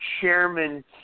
Chairman